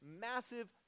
massive